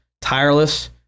tireless